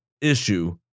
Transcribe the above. issue